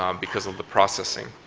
um because of the processing.